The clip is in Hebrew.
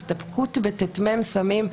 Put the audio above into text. הסתפקות ב-ט"מ סמים.